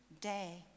day